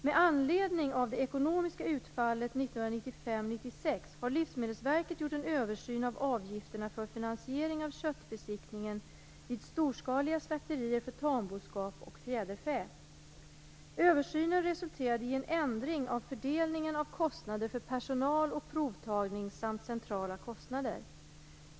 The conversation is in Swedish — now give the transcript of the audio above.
1995/96 har Livsmedelsverket gjort en översyn av avgifterna för finansiering av köttbesiktningen vid storskaliga slakterier för tamboskap och fjäderfä. Översynen resulterade i en ändring av fördelningen av kostnader för personal och provtagning samt centrala kostnader.